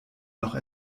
noch